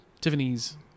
Tiffany's